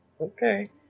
Okay